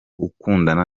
ukundana